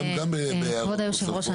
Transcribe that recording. כבוד יושב הראש,